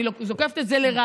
אני זוקפת את זה לרעתכם.